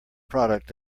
product